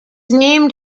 named